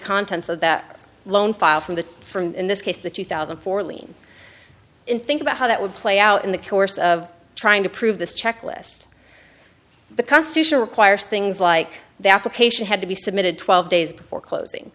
contents of that loan file from the from in this case the two thousand and four lean in think about how that would play out in the course of trying to prove this checklist the constitution requires things like that the patient had to be submitted twelve days before closing